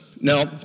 Now